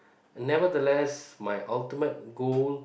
nevertheless my ultimate goal